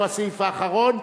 שהוא הסעיף האחרון,